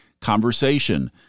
conversation